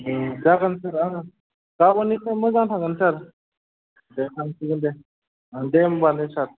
जागोन सार गाबोननिफ्राय मोजां थांगोन सार दे थांसिगोन दे दे होमब्लालाय सार